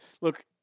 look